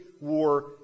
war